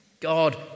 God